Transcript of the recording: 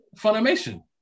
Funimation